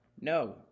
No